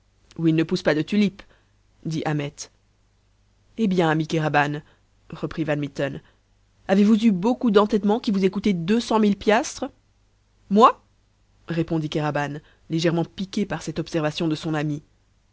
où il ne pousse pas de tulipes dit ahmet eh bien ami kéraban reprit van mitten avez-vous eu beaucoup d'entêtements qui vous aient coûté deux cent mille piastres moi répondit kéraban légèrement piqué par cette observation de son ami